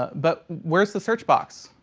but where's the search box?